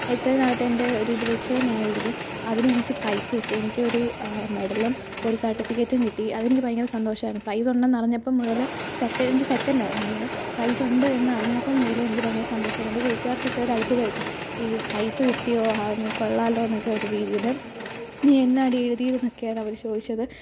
എത്രനാളത്തെ എന്റെ ഒരു ഇതുവെച്ച് ഞാനെഴ്തി അതിനെനിക്ക് പ്രൈസ് കിട്ടി എനിക്കൊരു മെഡലും ഒരു സർട്ടിഫിക്കറ്റും കിട്ടി അതെനിക്ക് ഭയങ്കര സന്തോഷമായിരുന്നു പ്രൈസുണ്ട് എന്ന് അറിഞ്ഞപ്പം മുതൽ എനിക്ക് സെക്കൻറ് ആയിരുന്നു അതിൽ പ്രൈസുണ്ട് എന്ന് അറിഞ്ഞപ്പം മുതലെനിക്ക് ഭയങ്കര സന്തോഷമായിരുന്നു എന്റെ കൂട്ടുകാർക്കൊക്കെ ഒരു അത്ഭുതായിപ്പോയി ഈ പ്രൈസ്സ് കിട്ടിയോ ആ കൊള്ളാലോ എന്നൊക്കെ ഒരു രീതിയിൽ നീ എന്നാടി എഴുതിയത് എന്നൊക്കെയാണ് അവർ ചോദിച്ചത്